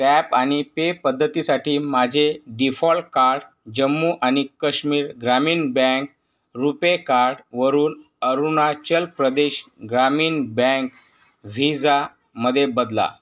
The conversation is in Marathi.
टॅप आणि पे पद्धतीसाठी माझे डीफॉल कार्ड जम्मू आणि कश्मीर ग्रामीण बँक रूपे कार्डवरून अरुणाचल प्रदेश ग्रामीण बँक व्हिजामध्ये बदला